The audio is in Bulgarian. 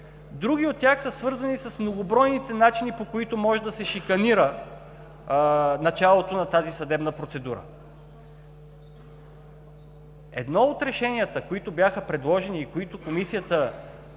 други от тях са свързани с многобройните начини, по които може да се шиканира началото на тази съдебна процедура. Едно от решенията, които бяха предложени, и които Комисията